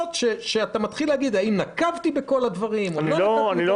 שאתה מתחיל להגיד האם נקבתי בכל הדברים או לא נקבתי.